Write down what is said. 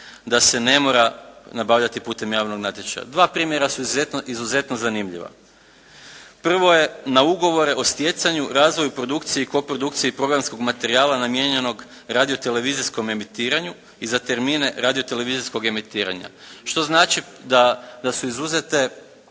da se ne mora nabavljati putem javnog natječaja. Dva primjera su izuzetno zanimljiva. Prvo je na ugovore o stjecanju, razvoju produkcije i koprodukcije i programskog materijala namijenjenog radio-televizijskom emitiranju i za termine radio-televizijskog emitiranja što znači da su izuzete